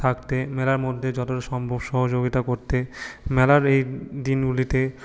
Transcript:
থাকতে মেলার মধ্যে যতটা সম্ভব সহযোগিতা করতে মেলার এই দিনগুলিতে